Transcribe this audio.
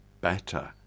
better